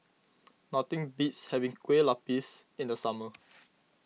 nothing beats having Kue Lupis in the summer